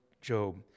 Job